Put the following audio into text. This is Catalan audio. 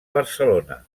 barcelona